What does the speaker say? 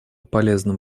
полезным